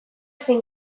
zein